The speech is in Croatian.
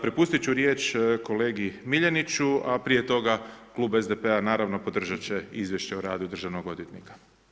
Prepustiti ću riječ kolegi Miljeniću, a prije toga Klub SDP-a naravno podržati će izvješće o radu državnog odvjetnika.